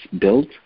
built